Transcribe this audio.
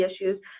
issues